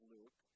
Luke